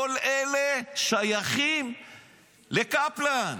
כל אלה שייכים לקפלן.